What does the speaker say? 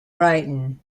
brighton